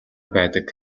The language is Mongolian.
байдаг